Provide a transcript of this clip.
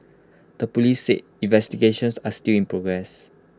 the Police said investigations are still in progress